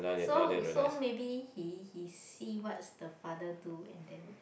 so so maybe he he see what's the father do and then